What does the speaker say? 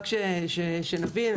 רק שנבין,